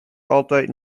altijd